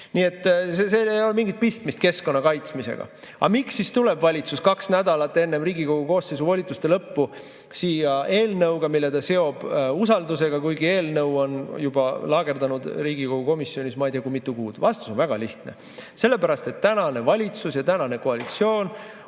Nii et siin ei ole mingit pistmist keskkonna kaitsmisega. Aga miks ikkagi tuleb valitsus kaks nädalat enne Riigikogu koosseisu volituste lõppu siia eelnõuga, mille ta seob usaldusega, kuigi eelnõu on juba laagerdanud Riigikogu komisjonis ma ei tea kui mitu kuud? Vastus on väga lihtne: sellepärast et tänane valitsus ja tänane koalitsioon